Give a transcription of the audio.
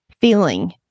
feeling